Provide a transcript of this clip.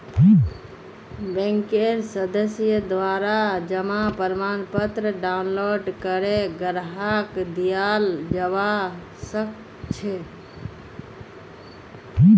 बैंकेर सदस्येर द्वारा जमा प्रमाणपत्र डाउनलोड करे ग्राहकक दियाल जबा सक छह